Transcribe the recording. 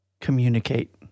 communicate